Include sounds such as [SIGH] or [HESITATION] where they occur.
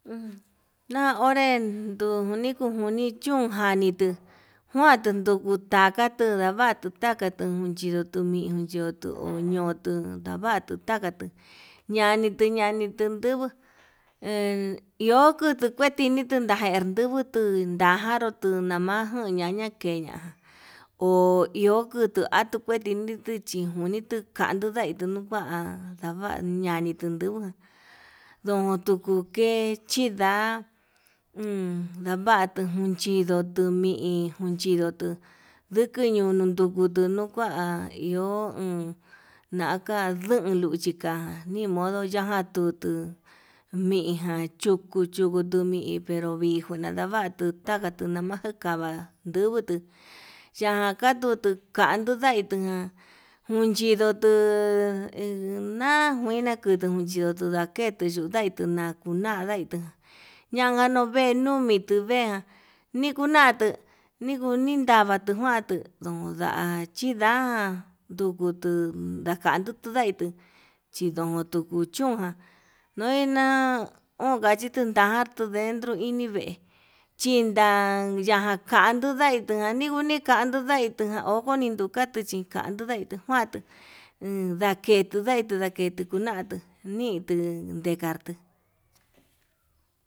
Na'a onre ndujuni kujuni chun janii tuu, juandutu tuku takatu nduu ndavatu takatu unyutumi unyutu ñotuu, ndavatu takatu ñanitu ñanitu nduguu he iho tuku kuetini tu ndajar nduguu tuu ndajaro namaju ñaña keña ho iho kutuu ñaña ketii, niduchi kunitu ngani n [HESITATION] i tuva'a ñanitu ndava ñanintu ndugu ndonkuke chinda'a uun ndavatu kuchidoto tumii kuchidoto, ndikiñonotu undani nukuai ha iho uun nagan ndi luchi ján nimodo yaka chutuu miján chuku chuku tumii pero vijuna ndavatu takatu nama kava'a ndugutu yajan katutu kan tundai tukám, uun chindotu najuina kutuu xhiutu ndaketu yundai tuna kunadaitu yanganuu vee nukitu na'a nikunatu nikuninavatu njuan atuu ndonda chí ndaján ndukutu ndakandu tundaitu chindon nduku chúnjan noina onka chindajan nuneitu chiko ye'e, chinda ndaka kan [HESITATION] i tunadigoni nikan [HESITATION] i tunjan okoninu ndukatu chí kan [HESITATION] i nkuandu endaketu ndai tu ndakeitu tukunatu nii tu ndekanrtu.